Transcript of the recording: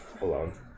alone